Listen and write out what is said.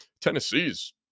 Tennessee's